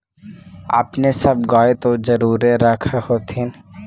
अपने सब गाय तो जरुरे रख होत्थिन?